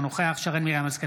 אינו נוכח שרן מרים השכל,